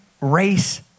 race